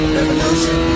revolution